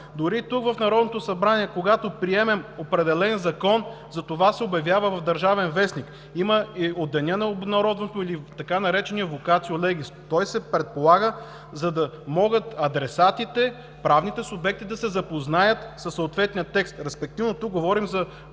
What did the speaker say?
Дори тук, в Народното събрание, когато приемем определен закон, се обявява в „Държавен вестник” от деня на обнародването или така наречения „вокацио легис” – той се предполага, за да могат адресатите, правните субекти да се запознаят със съответния текст. Респективно тук говорим за